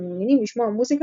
ומעוניינים לשמוע מוזיקה,